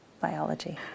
biology